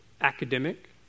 academic